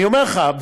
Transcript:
אני אומר לך,